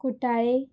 कुठ्ठाळे